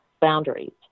boundaries